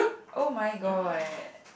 oh-my-god